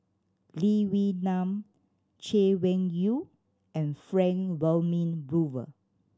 Lee Wee Nam Chay Weng Yew and Frank Wilmin Brewer